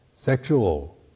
Sexual